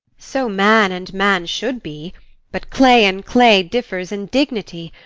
so man and man should be but clay and clay differs in dignity,